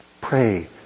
Pray